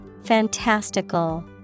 Fantastical